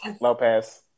Lopez